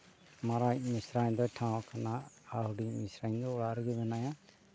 ᱢᱟᱨᱟᱝ ᱤᱡ ᱢᱤᱥᱨᱟᱧ ᱫᱚᱭ ᱴᱷᱟᱶ ᱠᱟᱱᱟ ᱟᱨ ᱦᱩᱰᱤᱧ ᱤᱡ ᱢᱤᱥᱨᱟᱧ ᱫᱚ ᱚᱲᱟᱜ ᱨᱮᱜᱮ ᱢᱮᱱᱟᱭᱟ